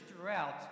throughout